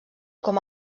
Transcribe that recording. com